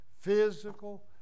physical